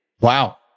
Wow